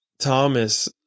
Thomas